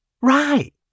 Right